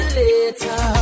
later